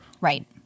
right